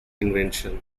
invention